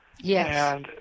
Yes